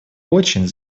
очень